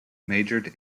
majored